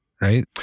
right